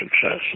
success